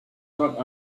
not